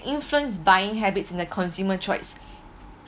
influence buying habits in the consumer choice